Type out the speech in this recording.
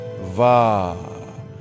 va